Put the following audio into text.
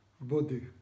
body